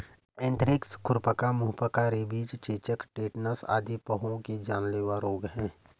anthrax, खुरपका, मुहपका, rabies, चेचक, टेटनस आदि पहुओं के जानलेवा रोग हैं